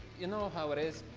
you know how it is,